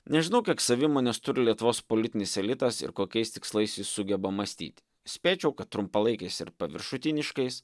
nežinau kiek savimonės turi lietuvos politinis elitas ir kokiais tikslais jis sugeba mąstyti spėčiau kad trumpalaikiais ir paviršutiniškais